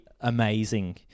amazing